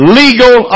legal